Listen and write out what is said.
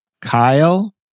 Kyle